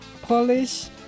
Polish